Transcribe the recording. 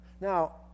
Now